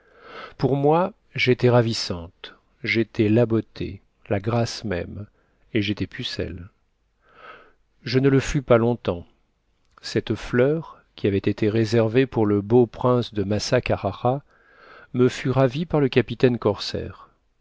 pour moi j'étais ravissante j'étais la beauté la grâce même et j'étais pucelle je ne le fus pas long-temps cette fleur qui avait été réservée pour le beau prince de massa carrara me fut ravie par le capitaine corsaire